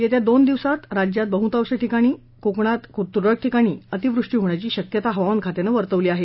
गेल्या दोन दिवसात राज्यात बहुतांश ठिकाणी कोकणात तुरळक ठिकाणी अतिवृष्टी होण्याची शक्यता हवामान खात्यानं वर्तवली आहे